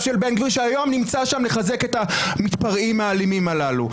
של בן גביר שהיום נמצא שם לחזק את המתפרעים האלימים הללו.